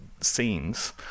scenes